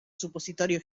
supositorio